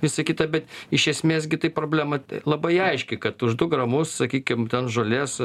visa kita bet iš esmės gi tai problema labai aiški kad už du gramus sakykim ten žolės